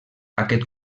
aquest